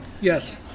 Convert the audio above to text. yes